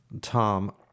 Tom